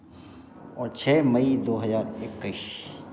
और छः मई दो हज़ार इक्कीस